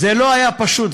זה לא היה פשוט.